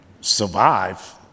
survive